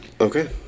Okay